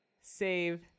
save